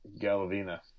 Galavina